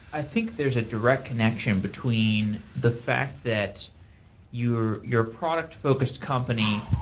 i think there's a direct connection between the fact that you're you're product focused company,